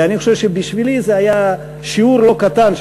בשבילי זה היה שיעור לא קטן,